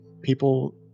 people